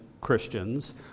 Christians